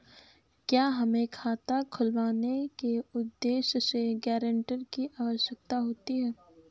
क्या हमें खाता खुलवाने के उद्देश्य से गैरेंटर की आवश्यकता होती है?